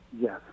Yes